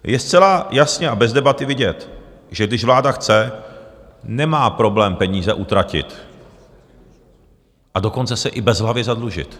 Je zcela jasně a bez debaty vidět, že když vláda chce, nemá problém peníze utratit, a dokonce se i bezhlavě zadlužit.